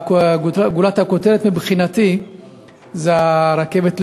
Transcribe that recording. גולת הכותרת מבחינתי זו הרכבת לשדרות,